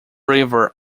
river